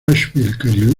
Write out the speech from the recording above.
asheville